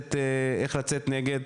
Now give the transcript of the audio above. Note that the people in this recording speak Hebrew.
לצאת נגד,